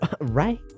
Right